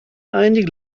einige